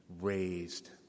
raised